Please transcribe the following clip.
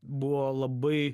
buvo labai